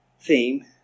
theme